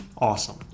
Awesome